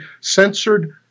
censored